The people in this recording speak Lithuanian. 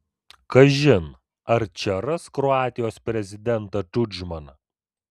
kažin ar čia ras kroatijos prezidentą tudžmaną